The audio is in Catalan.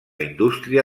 indústria